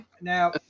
Now